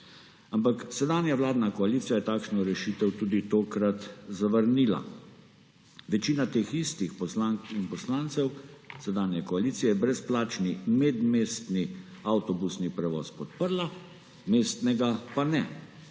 Ampak sedanja vladna koalicija je takšno rešitev tudi tokrat zavrnila. Večina teh istih poslank in poslancev sedanje koalicije je brezplačni medmestni avtobusni prevoz podprla, mestnega pa ne.